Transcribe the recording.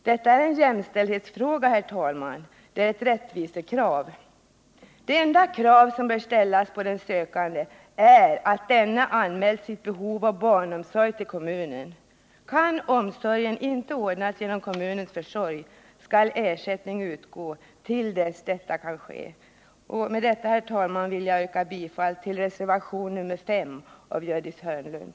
Detta är en jämställdhetsfråga, herr talman! Det är ett rättvisekrav. Det enda krav som bör ställas på den sökande är att denne anmält sitt behov av barnomsorg till kommunen. Kan omsorgen inte ordnas genom kommu nens försorg, skall ersättning utgå till dess detta kan ske. Med detta, herr talman, vill jag yrka bifall till reservation nr 5 av Gördis Hörnlund.